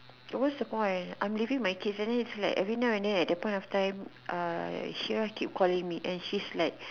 no what's the point I'm leaving my kids and then it's like every now and then at that point of time uh she always keep calling me and she's like